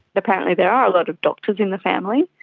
apparently there are a lot of doctors in the family,